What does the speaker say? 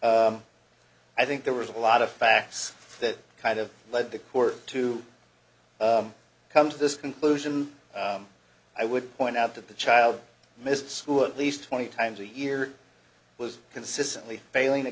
lie i think there was a lot of facts that kind of led the court to come to this conclusion i would point out that the child missed school at least twenty times a year was consistently failing a